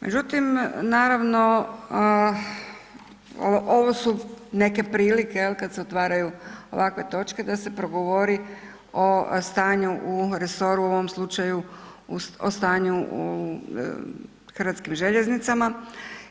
Međutim, naravno ovo su neke prilike jel kad se otvaraju ovakve točke da se progovori o stanju u resoru, u ovom slučaju o stanju u hrvatskim željeznicama